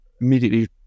immediately